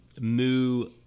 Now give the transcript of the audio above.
Moo